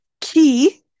key